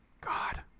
God